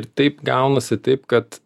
ir taip gaunasi taip kad